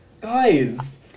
Guys